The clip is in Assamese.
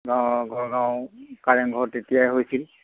গড়গাঁও কাৰেংঘৰ তেতিয়াই হৈছিল